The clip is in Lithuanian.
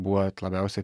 buvo labiausiai